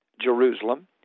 Jerusalem